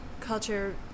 culture